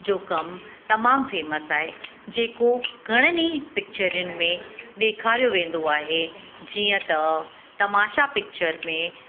जो कमु तमाम फ़ेमस आहे जेको घणनि ई पिक्चरुनि में ॾेखारियो वेंदो आहे जीअं त तमाशा पिक्चर में